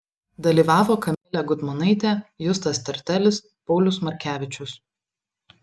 dalyvavo kamilė gudmonaitė justas tertelis paulius markevičius